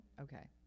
okay